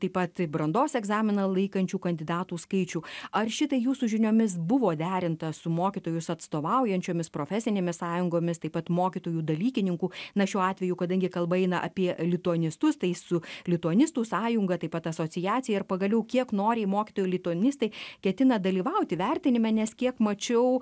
taip pat brandos egzaminą laikančių kandidatų skaičių ar šitai jūsų žiniomis buvo derinta su mokytojus atstovaujančiomis profesinėmis sąjungomis taip pat mokytojų dalykininkų na šiuo atveju kadangi kalba eina apie lituanistus tai su lituanistų sąjunga taip pat asociacija ir pagaliau kiek noriai mokytojai lituanistai ketina dalyvauti vertinime nes kiek mačiau